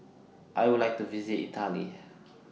I Would like to visit Italy